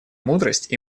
мудрость